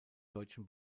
deutschen